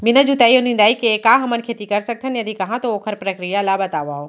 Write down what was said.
बिना जुताई अऊ निंदाई के का हमन खेती कर सकथन, यदि कहाँ तो ओखर प्रक्रिया ला बतावव?